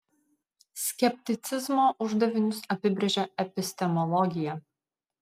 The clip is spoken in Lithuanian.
skepticizmo uždavinius apibrėžia epistemologija